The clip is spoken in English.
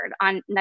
on